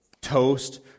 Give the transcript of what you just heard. toast